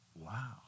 Wow